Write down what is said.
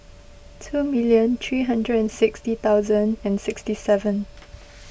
two million three hundred and sixty thousand and sixty seven